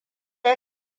ya